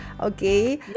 Okay